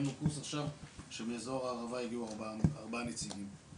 סיימנו קורס עכשיו שמאזור הערבה הגיעו ארבעה נציגים,